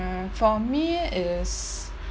mm for me it's